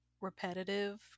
repetitive